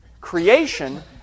Creation